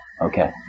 Okay